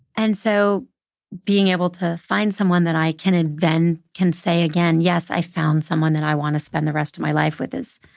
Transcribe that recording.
and so being able to find someone that i can um then say again, yes, i found someone that i wanna spend the rest of my life with, is